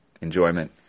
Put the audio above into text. enjoyment